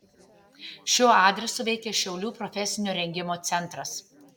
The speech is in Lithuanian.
šiuo adresu veikia šiaulių profesinio rengimo centras